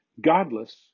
godless